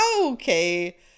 Okay